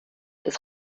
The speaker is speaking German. das